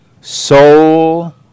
soul